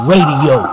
Radio